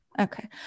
Okay